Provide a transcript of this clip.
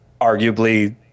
arguably